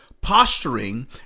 Posturing